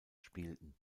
spielten